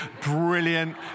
brilliant